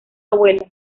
abuela